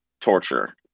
torture